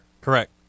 Correct